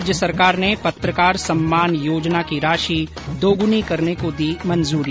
राज्य सरकार ने पत्रकार सम्मान योजना की राशि दोगुनी करने को दी मंजूरी